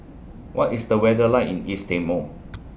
What IS The weather like in East Timor